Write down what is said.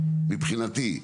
מבחינתי,